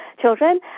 children